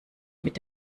mit